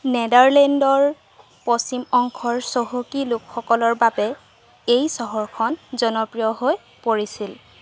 নেদাৰলেণ্ডৰ পশ্চিম অংশৰ চহকী লোকসকলৰ বাবে এই চহৰখন জনপ্ৰিয় হৈ পৰিছিল